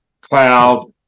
Cloud